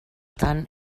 tan